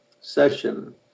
session